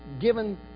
given